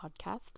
podcast